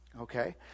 Okay